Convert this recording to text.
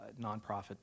nonprofit